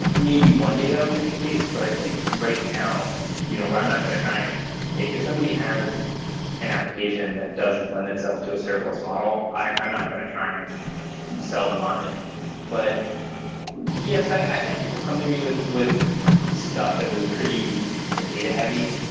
maybe one day that will be the case, but i think right now you know i'm not going to try and if somebody has an application that doesn't lend itself to a serverless model, i'm not going to try and sell them on it but yes, i've had people come to me with with stuff that was pretty data heavy.